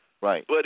Right